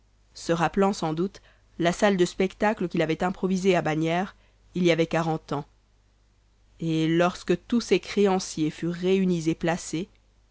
se rappelant sans doute la salle de spectacle qu'il avait improvisée à bagnères il y avait quarante ans et lorsque tous ces créanciers furent réunis et placés